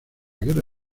guerra